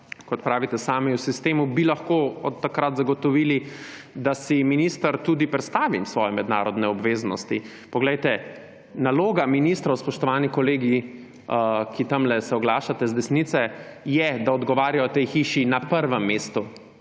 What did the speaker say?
kot pravite sami, v sistemu, bi lahko od takrat zagotovili, da si minister tudi prestavi svoje mednarodne obveznosti. Poglejte, naloga ministrov – spoštovani kolegi, ki se tam oglašate iz desnice – je, da odgovarjajo tej hiši na prvem mestu.